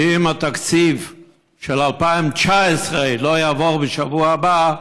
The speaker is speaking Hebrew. שאם התקציב של 2019 לא יעבור בשבוע הבא,